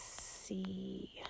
see